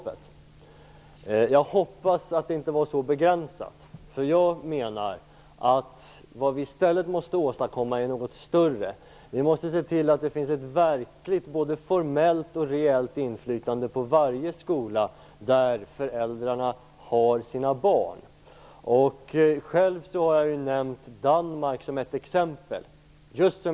Jag hoppas att det inte var så begränsat, därför att jag menar att vad vi i stället måste åstadkomma är något större. Vi måste se till att det finns ett verkligt både formellt och reellt inflytande på varje skola där föräldrarna har sina barn. Jag har själv nämnt Danmark som ett exempel.